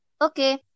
Okay